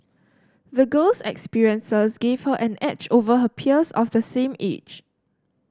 the girl's experiences gave her an edge over her peers of the same age